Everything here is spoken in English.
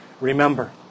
remember